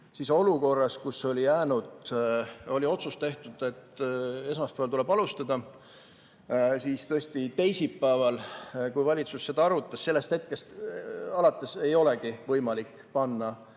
olukorras, kus oli otsus tehtud, et esmaspäeval tuleb alustada, siis tõesti teisipäeval, kui valitsus seda arutas, sellest hetkest alates ei olnudki võimalik rakendada